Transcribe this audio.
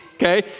Okay